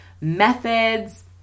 methods